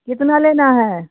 कितना लेना है